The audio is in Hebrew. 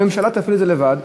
הממשלה תפעיל את זה לבד,